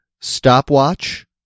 stopwatch